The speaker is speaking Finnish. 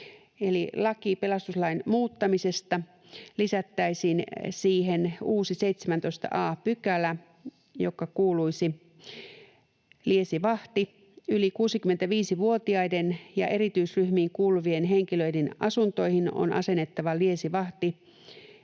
Lakiin pelastuslain muuttamisesta lisättäisiin uusi 17 a §, joka kuuluisi seuraavasti: ”Liesivahti. Yli 65-vuotiaiden ja erityisryhmiin kuuluvien henkilöiden asuntoihin on asennettava liesivahti